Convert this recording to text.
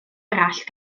arall